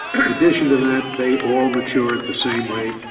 addition to that, they all mature at the same rate.